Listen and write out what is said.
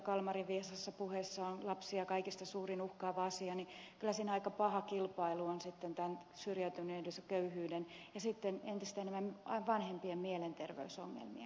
kalmari sanoi viisaassa puheessaan että alkoholi on kaikista suurin lapsia uhkaava asia että kyllä siinä aika paha kilpailu on sitten tämän syrjäytymisen köyhyyden ja entistä enemmän vanhempien mielenterveysongelmien kanssa